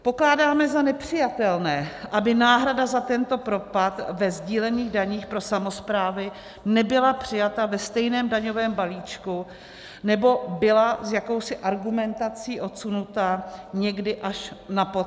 Pokládáme za nepřijatelné, aby náhrada za tento propad ve sdílených daních pro samosprávy nebyla přijata ve stejném daňovém balíčku nebo byla s jakousi argumentací odsunuta někdy až na potom.